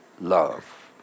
love